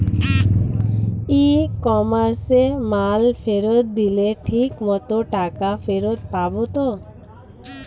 ই কমার্সে মাল ফেরত দিলে ঠিক মতো টাকা ফেরত পাব তো?